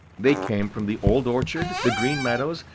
they came from the old orchard, the green meadows,